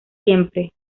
siempre